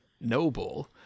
noble